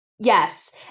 Yes